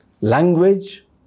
language